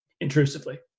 intrusively